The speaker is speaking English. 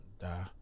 die